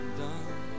done